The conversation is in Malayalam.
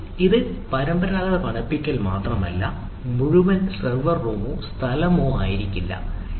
ഇത് പരമ്പരാഗത തണുപ്പിക്കൽ അല്ല മുഴുവൻ സെർവർ റൂമോ സ്ഥലമോ ആയിരിക്കില്